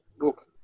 Look